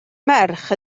merch